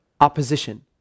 opposition